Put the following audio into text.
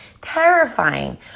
terrifying